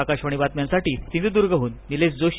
आकाशवाणी बातम्यांसाठी सिंधुद्गहन निलेश जोशी